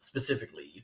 Specifically